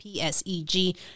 PSEG